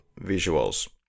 visuals